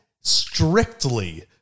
strictly